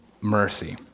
mercy